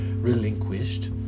relinquished